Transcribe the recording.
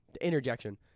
interjection